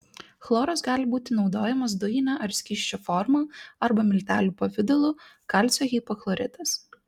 chloras gali būti naudojamas dujine ar skysčio forma arba miltelių pavidalu kalcio hipochloritas